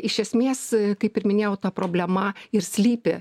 iš esmės kaip ir minėjau ta problema ir slypi